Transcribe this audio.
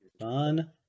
Fun